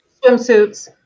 swimsuits